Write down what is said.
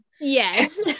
Yes